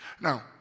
Now